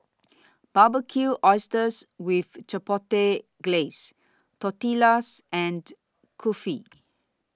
Barbecued Oysters with Chipotle Glaze Tortillas and Kulfi